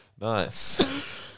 Nice